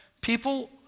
people